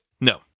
No